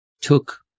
took